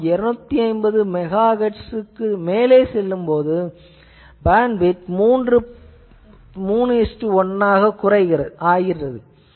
நாம் 250 MHz க்கு செல்லும் போது பேண்ட்விட்த் 3 1 ஆகிறது